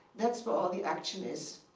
that's where all the action is.